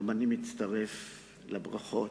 גם אני מצטרף לברכות.